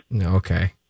Okay